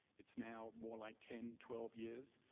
it's now more like ten, twelve years,